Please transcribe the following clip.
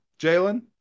Jalen